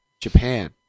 Japan